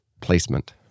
placement